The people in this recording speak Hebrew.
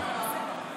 מה קרה?